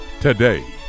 today